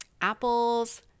apples